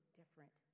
different